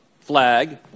flag